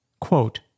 Quote